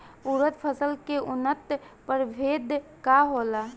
उरद फसल के उन्नत प्रभेद का होला?